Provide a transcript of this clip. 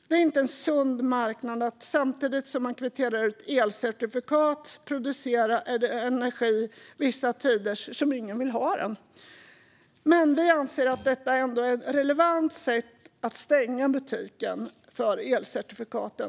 Det är inte en sund marknad att samtidigt som man kvitterar ut elcertifikat producera energi vissa tider då ingen vill ha den. Vi anser att detta ändå är ett relevant sätt att stänga butiken för elcertifikaten.